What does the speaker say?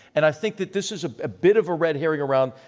and i think that this is ah a bit of a red herring around,